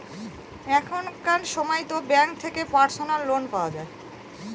এখনকার সময়তো ব্যাঙ্ক থেকে পার্সোনাল লোন পাওয়া যায়